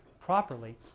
properly